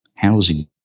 Housing